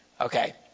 okay